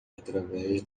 através